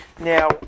Now